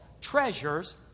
treasures